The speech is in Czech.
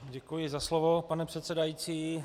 Děkuji za slovo, pane předsedající.